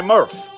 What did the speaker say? Murph